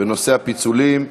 בנושא הפיצולים.